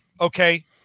Okay